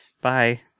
Bye